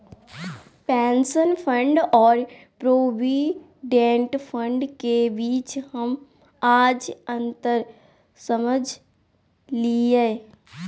pension fund और provident fund के बीच हम आज अंतर समझलियै